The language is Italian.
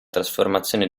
trasformazione